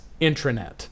intranet